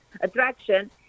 attraction